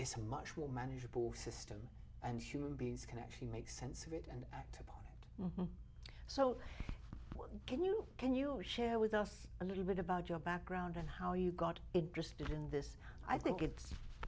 it's a much more manageable system and human beings can actually make sense of it and act on it so one can you can you share with us a little bit about your background and how you got interested in this i think it's